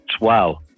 wow